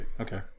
Okay